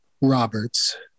Roberts